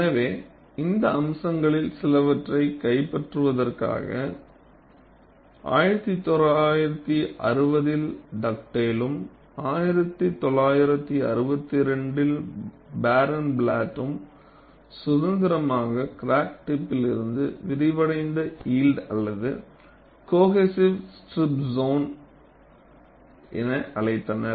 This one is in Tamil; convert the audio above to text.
எனவே இந்த அம்சங்களில் சிலவற்றைக் கைப்பற்றுவதற்காக 1960 இல் டக்டேலும் 1962 இல் பாரன்ப்ளாட் சுதந்திரமாக கிராக் டிப்பில்ருந்து விரிவடைந்த யில்ட் அல்லது கோஹெசிவ் ஸ்டிரிப் சோன்கள் என அழைக்கப்பட்டன